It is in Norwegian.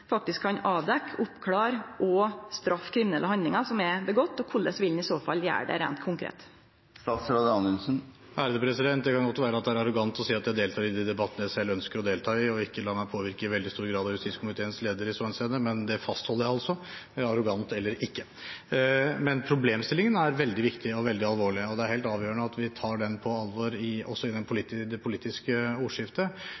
kan avdekkje, klare opp og straffe kriminelle handlingar som er gjorde? Korleis vil han i så fall gjere det, reint konkret? Det kan godt være at det er arrogant å si at jeg deltar i de debattene jeg selv ønsker å delta i, og ikke i veldig stor grad lar meg påvirke av justiskomiteens leder i så henseende. Men det fastholder jeg – arrogant eller ikke. Problemstillingen er veldig viktig og veldig alvorlig. Det er helt avgjørende at vi tar den på alvor også i